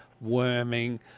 worming